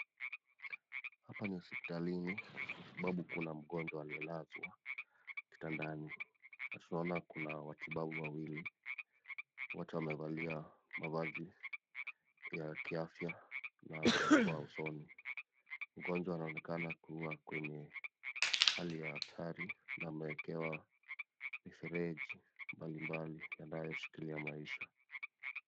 Hapa ni hospitalini kwa sababu kuna mgonjwa aliyelazwa kitandani. Tunaona kuna watabibu wawili, wote wamevalia mavazi ya kiafya na barakoa usoni. Mgonjwa anaonekana kuwa kwenye hali ya hatari na amewewekewa mifereji mbalimbali yanayoshikilia maisha.